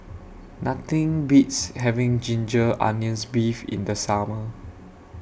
Nothing Beats having Ginger Onions Beef in The Summer